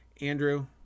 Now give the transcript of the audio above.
Andrew